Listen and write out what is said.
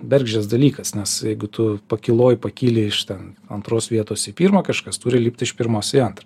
bergždžias dalykas nes jeigu tu pakyloj pakyli iš ten antros vietos į pirmą kažkas turi lipt iš pirmos į antrą